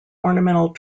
ornamental